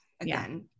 again